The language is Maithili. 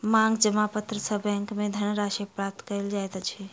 मांग जमा पत्र सॅ बैंक में धन राशि प्राप्त कयल जाइत अछि